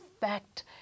fact